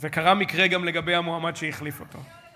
לא היה